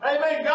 Amen